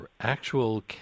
actual